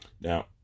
Now